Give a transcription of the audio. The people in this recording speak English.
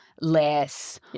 less